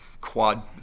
quad